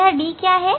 यह d क्या है